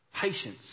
patience